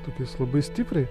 tokias labai stipriai